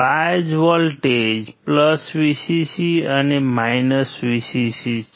bias voltage Vcc અને Vcc છે